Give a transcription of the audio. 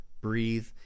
breathe